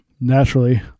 Naturally